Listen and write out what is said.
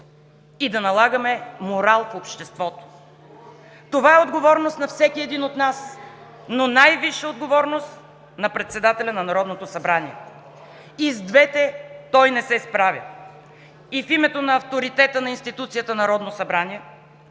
и да налагаме морал в обществото! Това е отговорност на всеки от нас, но най-висша отговорност – на председателя на Народното събрание. И с двете той не се справя. В името на авторитета на институцията Народно събрание,